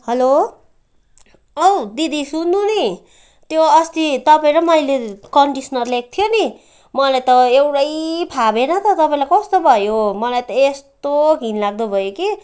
हलो औ दिदी सुन्नु नि त्यो अस्ति तपाईँ र मैले कन्डिसनर ल्याएको थियौँ नि मलाई त एउटै फापेन त तपाईँलाई कस्तो भयो मलाई त यस्तो घिनलाग्दो भयो कि